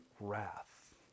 wrath